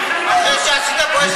אחרי שעשית פה עשר דקות,